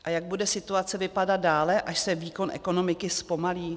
A jak bude situace vypadat dále, až se výkon ekonomiky zpomalí?